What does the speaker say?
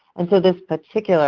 and so this particular